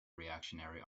reactionary